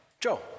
Joe